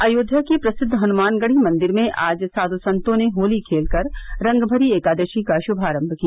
अयोध्या के प्रसिद्ध हनुमानगढ़ी मंदिर में आज साधु संतों ने होली खेलकर रंगभरी एकादशी का शुभारंभ किया